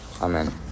Amen